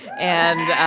and.